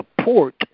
support